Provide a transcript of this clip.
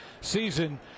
season